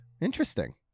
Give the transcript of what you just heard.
Interesting